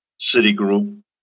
Citigroup